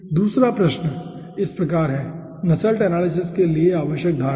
दूसरा प्रश्न इस प्रकार है नसेल्ट एनालिसिस के लिए आवश्यक धारणा